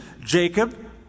Jacob